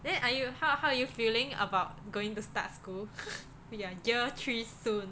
then are you how how are you feeling about going to start school oh you're year three soon